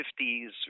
50s